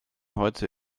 heute